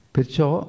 Perciò